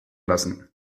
lassen